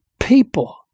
people